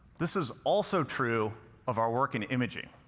this is also true of our work in imaging.